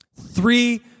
Three